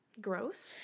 gross